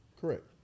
Correct